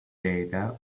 data